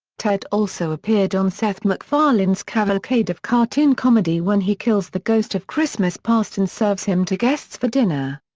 ted also appeared on seth macfarlane's cavalcade of cartoon comedy when he kills the ghost of christmas past and serves him to guests for dinner.